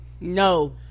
No